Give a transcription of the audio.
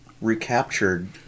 recaptured